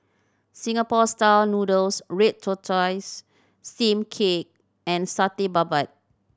Singapore Style Noodles red tortoise steamed cake and Satay Babat